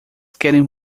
querem